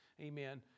Amen